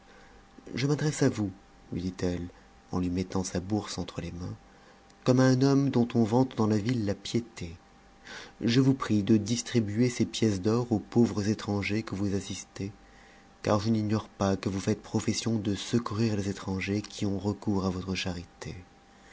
je m'adresse à vous lui dit-elle en lui mettant sa bourse entre les mains comme à un homme dout'ou vante dans la ville la piété je vous prie de distribuer ces pièces d'or aux pauvres étrangers que vous assistez car je n'ignore pas que vous faites profession de secourir les étrangers qui ont recours à votre charité